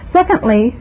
Secondly